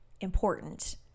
important